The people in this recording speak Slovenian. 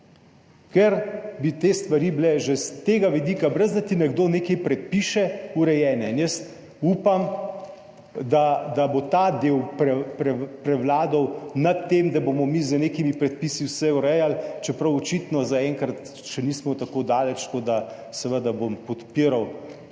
ker bi te stvari bile že s tega vidika, ne da ti nekdo nekaj predpiše, urejene. Upam, da bo ta del prevladal nad tem, da bomo mi z nekimi predpisi vse urejali. Čeprav očitno zaenkrat še nismo tako daleč. Seveda podpiram ta predlog